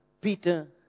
Peter